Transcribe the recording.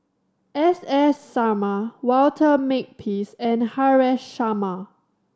S S Sarma Walter Makepeace and Haresh Sharma